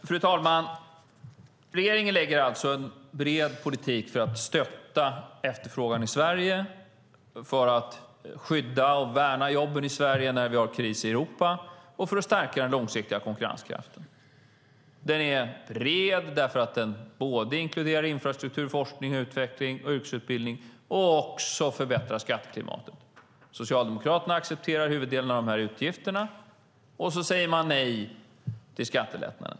Fru talman! Regeringen lägger fram en bred politik för att stötta efterfrågan i Sverige, för att skydda och värna jobben i Sverige när vi har kris i Europa och för att stärka den långsiktiga konkurrenskraften. Politiken är bred eftersom den inkluderar infrastruktur, forskning, utveckling och yrkesutbildning samt förbättrar skatteklimatet. Socialdemokraterna accepterar huvuddelen av utgifterna, och sedan säger de nej till skattelättnader.